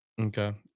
Okay